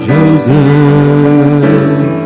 Joseph